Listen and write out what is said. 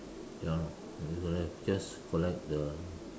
ya lor we gotta have to just collect the